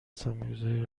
سرمایهگذاری